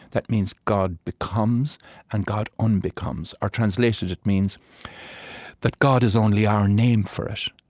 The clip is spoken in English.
that means, god becomes and god un-becomes, or translated, it means that god is only our name for it,